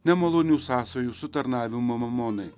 nemalonių sąsajų su tarnavimu mamonai